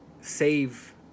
save